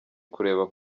kureba